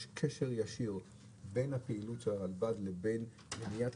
יש קשר ישיר בין הפעילות של הרלב"ד לבין מניעת